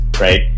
right